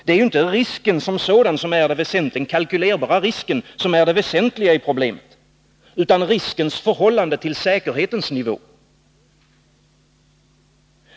Men det är inte den kalkylerbara risken som sådan som är det väsentliga i problemet, utan riskens förhållande till säkerhetens nivå.